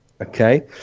Okay